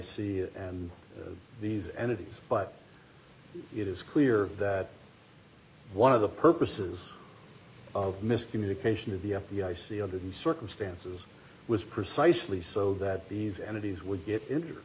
it and these entities but it is clear that one of the purposes of miscommunication of the f b i see under the circumstances was precisely so that these entities would get injured